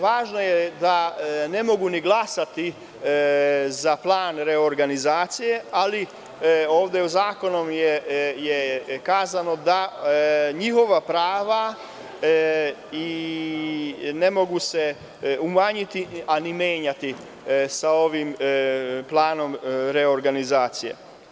Važno je da ne mogu ni glasati za plan reorganizacije, ali zakonom je kazano da njihova prava ne mogu se umanjiti, a ni menjati sa ovim planom reorganizacije.